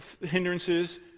hindrances